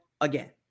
again